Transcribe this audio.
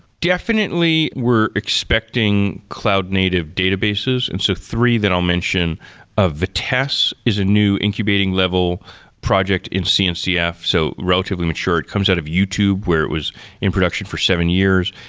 definitely we're expecting cloud native databases. and so three that i'll mention of the test is a new incubating level project in cncf, so relatively mature. it comes out of youtube, where it was in production for seven years.